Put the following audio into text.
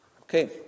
Okay